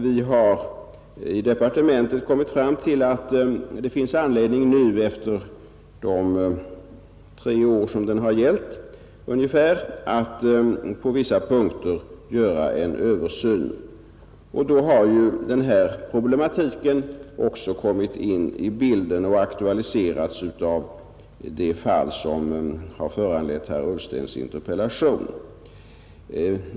Vi har i departementet kommit fram till att det nu efter de ungefär tre år som lagen gällt finns anledning att på vissa punkter göra en översyn. Då har även denna problematik kommit in i bilden, sedan den aktualiserats av det fall som föranlett herr Ullstens interpellation.